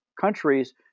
countries